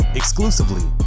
exclusively